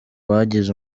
bagize